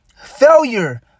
failure